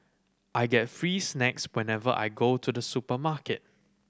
I get free snacks whenever I go to the supermarket